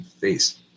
face